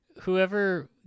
Whoever